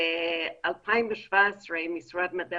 ב-2017 משרד המדע